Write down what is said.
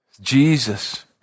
Jesus